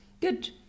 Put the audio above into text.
Good